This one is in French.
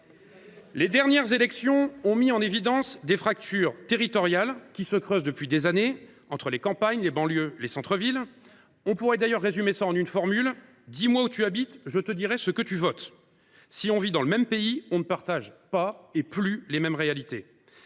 Les dernières élections ont mis en évidence les fractures territoriales qui se creusent depuis des années entre les campagnes, les banlieues et les centres villes. La situation pourrait se résumer en une formule :« Dis moi où tu habites, je te dirai pour qui tu votes. » Nous vivons dans le même pays, mais nous ne partageons pas, ou plus, les mêmes réalités.